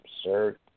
absurd